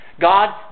God